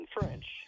French